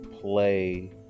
play